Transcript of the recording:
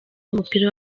w’umupira